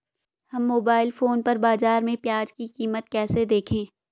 हम mobile phone पर बाज़ार में प्याज़ की कीमत कैसे देखें?